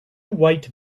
white